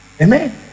Amen